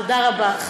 תודה רבה.